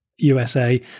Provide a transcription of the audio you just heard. usa